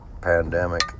pandemic